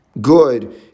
good